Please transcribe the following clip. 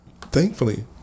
Thankfully